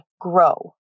grow